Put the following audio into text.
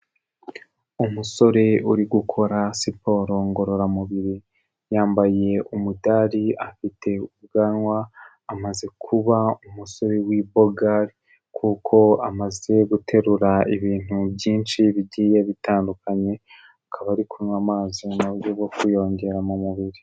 Umusore uri gukora siporo ngororamubiri, yambaye umudari, afite ubwanwa, amaze kuba umusore w'ibogari kuko amaze guterura ibintu byinshi bigiye bitandukanye, akaba ari kunywa amazi mu buryo bwo kuyongera mu mubiri.